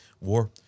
war